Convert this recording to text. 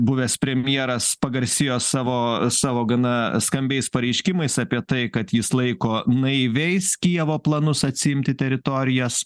buvęs premjeras pagarsėjo savo savo gana skambiais pareiškimais apie tai kad jis laiko naiviais kijevo planus atsiimti teritorijas